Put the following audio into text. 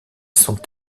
sont